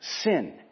sin